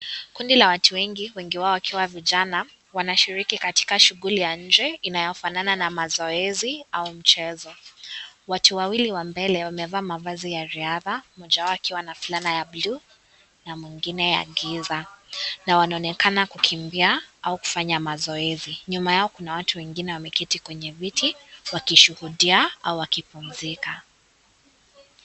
Kundi la watu wengi, wengi wao wakiwa vijana wanashiriki katika shughuli ya nje inayofanana na mazoezi au michezo, watu wawili wa mbale wamevaa mavazi ya riadha mmoja wao akiwa na fulana ya buluu na mwingine ya giza, na wanaonekana kukimbia au kufanya mazoezi, nyuma yao kuna watu wengine wameketi kwenye viti wakishuhudia au wakipumzika.